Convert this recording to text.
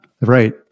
right